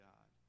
God